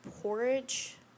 porridge